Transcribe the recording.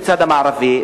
בצד המערבי,